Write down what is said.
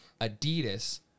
Adidas